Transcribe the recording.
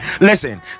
Listen